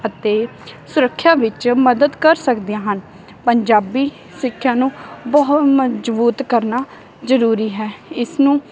ਅਤੇ ਸੁਰੱਖਿਆ ਵਿੱਚ ਮਦਦ ਕਰ ਸਕਦੀਆਂ ਹਨ ਪੰਜਾਬੀ ਸਿੱਖਿਆ ਨੂੰ ਬਹੁਤ ਮਜਬੂਤ ਕਰਨਾ ਜ਼ਰੂਰੀ ਹੈ ਇਸਨੂੰ